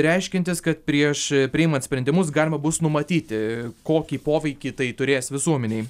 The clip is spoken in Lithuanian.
reiškiantys kad prieš priimant sprendimus galima bus numatyti kokį poveikį tai turės visuomenei